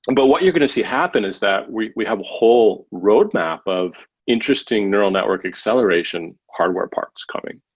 and but what you're going to see happen is that we we have a whole roadmap of interesting neural network acceleration hardware parts coming.